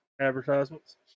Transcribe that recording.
advertisements